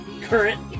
current